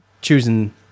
choosing